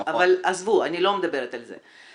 אבל עזבו, אני לא מדברת על זה.